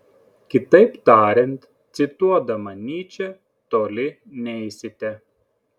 kitaip tariant cituodama nyčę toli neisite